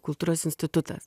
kultūros institutas